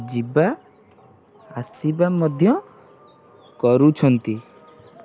ଯିବା ଆସିବା ମଧ୍ୟ କରୁଛନ୍ତି